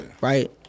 right